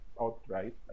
outright